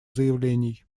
заявлений